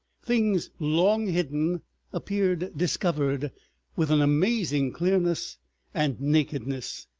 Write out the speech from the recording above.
things long hidden appeared discovered with an amazing clearness and nakedness.